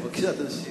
בבקשה, תמשיך.